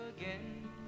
again